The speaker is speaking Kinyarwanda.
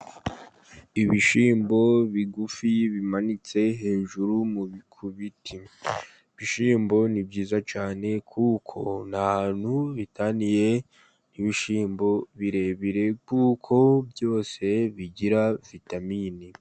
Ibishyimbo bigufi bimanitse hejuru ku biti, ibishyimbo ni byiza cyane kuko nta hantu bitaniye n'ibishyimbo birebire, kuko byose bigira vitamine.